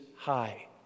high